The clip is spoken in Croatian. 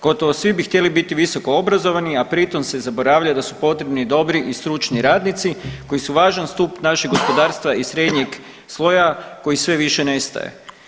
Gotovo svi bi htjeli biti visoko obrazovani, a pri tom se zaboravlja da su potrebni dobri i stručni radnici koji su važan stup našeg gospodarstva i srednjeg sloja koji sve više nestaje.